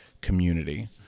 community